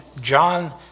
John